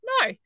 no